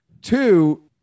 Two